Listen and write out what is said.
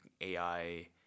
AI